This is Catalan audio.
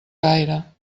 gaire